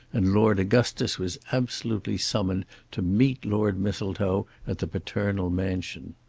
and lord augustus was absolutely summoned to meet lord mistletoe at the paternal mansion.